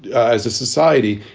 as a society,